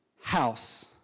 house